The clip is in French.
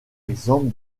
exemple